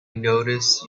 notice